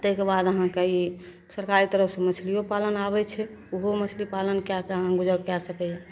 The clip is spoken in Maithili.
ताहिके बाद अहाँके ई सरकारे तरफसे मछलिओ पालन आबै छै ओहू मछली पालन कै के गुजरि कै सकैए